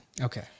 Okay